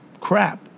crap